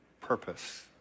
purpose